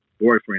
boyfriend